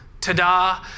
ta-da